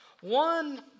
One